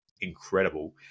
incredible